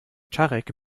tarek